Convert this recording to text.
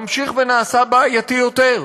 ממשיך ונעשה בעייתי יותר,